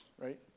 right